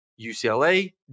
UCLA